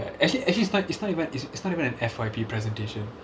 actually actually it's not it's not even it's it's not even an F_Y_P presentation